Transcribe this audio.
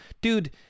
dude